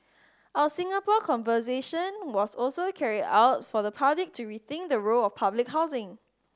our Singapore Conversation was also carried out for the public to rethink the role of public housing